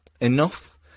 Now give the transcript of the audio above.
enough